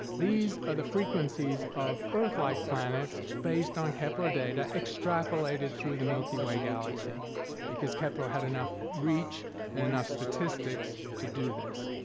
these are the frequencies of earth-like planets based on kepler data extrapolated through the milky way galaxy because kepler had enough reach and enough statistics to do this.